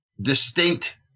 distinct